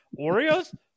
Oreos